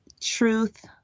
Truth